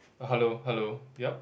hello hello yup